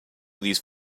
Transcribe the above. these